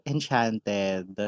Enchanted